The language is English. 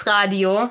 Radio